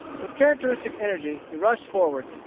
with characteristic energy he rushed forward,